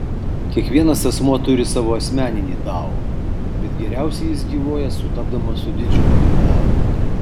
kiekvienas asmuo turi savo asmeninį dao bet geriausiai jis gyvuoja sutapdamas su didžiuoju dao